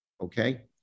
Okay